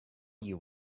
you